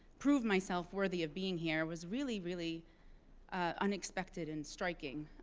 prove myself worthy of being here was really, really unexpected and striking.